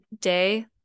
day